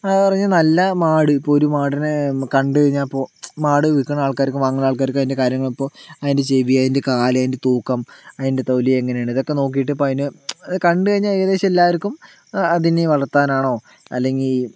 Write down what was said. അതായത് പറഞ്ഞാൽ നല്ല മാട് ഇപ്പോൾ ഒരു മാടിനെ കണ്ടുകഴിഞ്ഞ് അപ്പോൾ മാട് വിൽക്കണ ആൾക്കാർക്കും വാങ്ങുന്ന ആൾക്കാർക്കും അതിൻറെ കാര്യങ്ങൾ ഇപ്പോൾ അതിൻ്റെ ചെവി അതിൻ്റെ കാല് അതിൻ്റെ തൂക്കം അതിൻ്റെ തൊലി എങ്ങനെയാണ് ഇതൊക്കെ നോക്കിയിട്ട് ഇപ്പോൾ അതിന് കണ്ടുകഴിഞ്ഞ് ഏകദേശം എല്ലാവർക്കും അതിനെ വളർത്താനാണോ അല്ലെങ്കിൽ